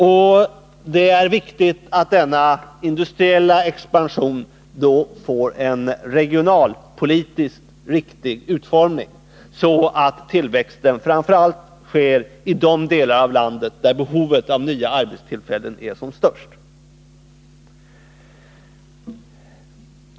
Och det är viktigt att denna industriella expansion får en regionalpolitiskt riktig utformning, så att tillväxten framför allt sker i de delar av landet där behovet av nya arbetstillfällen är störst.